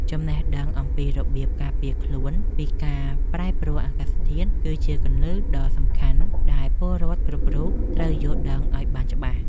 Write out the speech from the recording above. ចំណេះដឹងអំពីរបៀបការពារខ្លួនពីការប្រែប្រួលអាកាសធាតុគឺ ជាគន្លឹះដ៏សំខាន់ដែលពលរដ្ឋគ្រប់រូបត្រូវយល់ដឹងឱ្យបានច្បាស់។